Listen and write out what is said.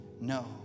No